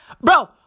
Bro